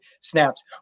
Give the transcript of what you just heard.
snaps